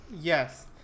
yes